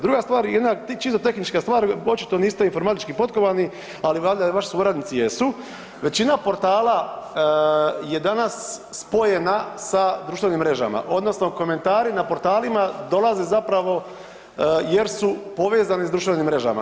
Druga stvar, jedna čisto tehnička stvar, očito niste informatički potkovani, ali valjda vaši suradnici jesu, većina portala je danas spojena sa društvenim mrežama odnosno komentari na portalima dolaze zapravo jer su povezani s društvenim mrežama.